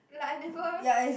like I never